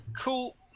Cool